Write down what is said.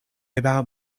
about